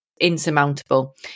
insurmountable